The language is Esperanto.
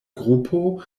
grupo